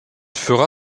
fera